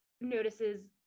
notices